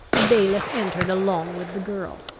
the bailiff entered along with the girl.